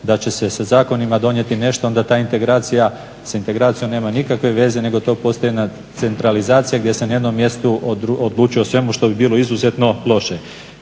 da će se sa zakonima donijeti nešto, onda ta integracija sa integracijom nema nikakve veze nego to postaje jedna centralizacija gdje se na jednom mjestu odlučuje o svemu što bi bilo izuzetno loše.